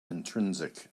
intrinsic